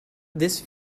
this